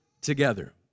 together